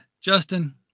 Justin